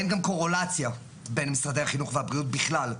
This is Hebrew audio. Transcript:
אין גם קורלציה בין משרדי החינוך והבריאות בכלל.